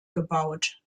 gebaut